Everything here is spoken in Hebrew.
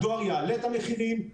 הדואר יעלה את המחירים,